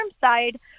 side